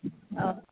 हा